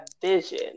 vision